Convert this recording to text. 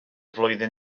flwyddyn